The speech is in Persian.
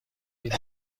دیگر